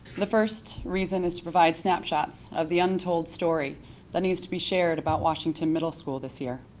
the first reason is to provide snapshots of the untold story that needs to be shared about washington middle school this year.